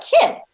kid